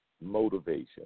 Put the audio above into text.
motivation